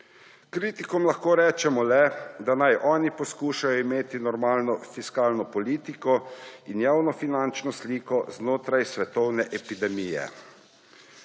Kritikom lahko rečemo le, da naj oni poskušajo imeti normalno fiskalno politiko in javnofinančno sliko znotraj svetovne epidemije.